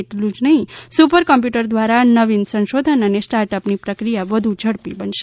એટલું જ નહિ સુપર કોમ્પ્યુટર દ્વારા નવીન સંશોધન અને સ્ટાર્ટઅપની પક્રિયા વધુ ઝડપી બનશે